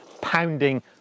pounding